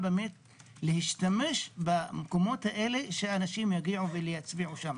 להשתמש במקומות האלה שהאנשים יגיעו ויצביעו שם.